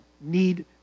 need